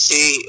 See